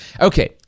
Okay